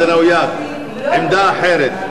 אם לא אכפת לך, אנחנו ניתן לשרה.